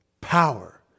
Power